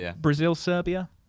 Brazil-Serbia